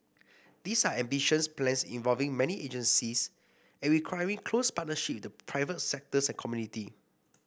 these are ambitious plans involving many agencies and requiring close partnership with the private sector and community